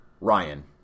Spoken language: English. Ryan